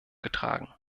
getragen